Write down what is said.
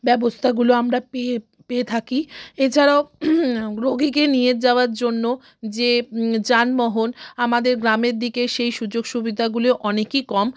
ব্যবস্থাগুলো আমরা পেয়ে পেয়ে থাকি এছাড়াও রোগীকে নিয়ে যাওয়ার জন্য যে যানবহন আমাদের গ্রামের দিকে সেই সুযোগ সুবিধাগুলো অনেকই কম